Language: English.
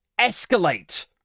escalate